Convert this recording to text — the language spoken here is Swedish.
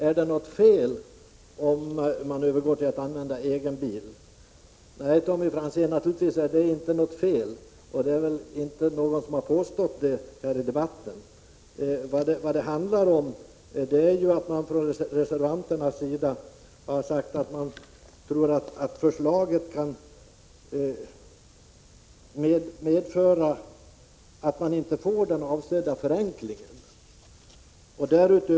Är det något fel om fler övergår till att använda egen bil i tjänsten? Naturligtvis är det inte något fel, och det är väl inte någon som har påstått det i debatten heller. Vad det handlar om är att reservanterna tror att förslaget kan medföra att den avsedda förenklingen inte uppnås.